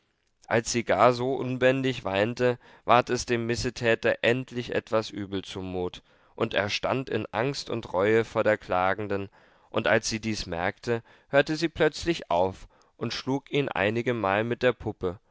als sie gar so unbändig weinte ward es dem missetäter endlich etwas übel zumut und er stand in angst und reue vor der klagenden und als sie dies merkte hörte sie plötzlich auf und schlug ihn einigemal mit der puppe